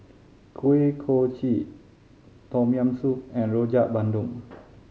Kuih Kochi Tom Yam Soup and Rojak Bandung